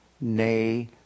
nay